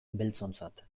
beltzontzat